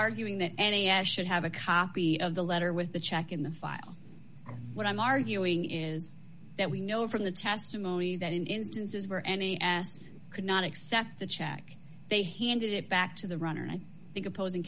arguing that any i should have a copy of the letter with the check in the file what i'm arguing is that we know from the testimony that in instances where any could not accept the check they handed it back to the runner and i think opposing